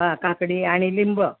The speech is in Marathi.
हां काकडी आणि लिंबं